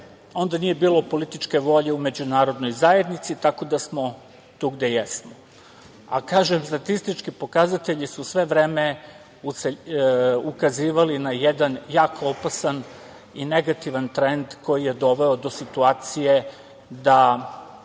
onda nije bilo političke volje u međunarodnoj zajednici, tako da smo tu gde jesmo. Kažem, statistički pokazatelji su sve vreme ukazivali na jedan jako opasan i negativan trend koji je doveo do situacije da